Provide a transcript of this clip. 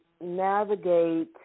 navigate